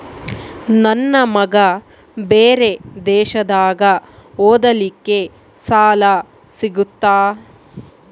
ನನ್ನ ಮಗ ಬೇರೆ ದೇಶದಾಗ ಓದಲಿಕ್ಕೆ ಸಾಲ ಸಿಗುತ್ತಾ?